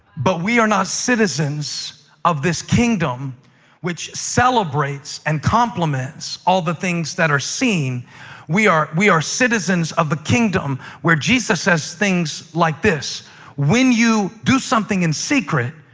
but we are not citizens of this kingdom which celebrates and compliments all of the things that are seen we are we are citizens of the kingdom where jesus says things like this when you do something in secret,